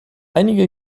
einige